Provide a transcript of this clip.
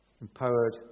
empowered